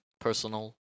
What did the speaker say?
personal